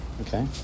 Okay